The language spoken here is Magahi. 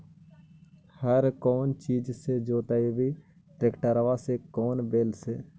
हर कौन चीज से जोतइयै टरेकटर से कि बैल से?